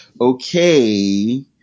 okay